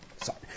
Sorry